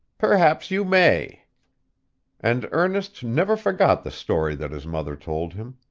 perhaps you may and ernest never forgot the story that his mother told him.